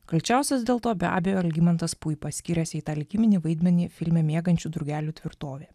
kalčiausias dėl to be abejo algimantas puipa skyręs jai tą likiminį vaidmenį filme miegančių drugelių tvirtovė